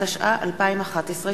התשע"א 2011,